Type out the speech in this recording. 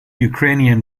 ukrainian